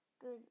good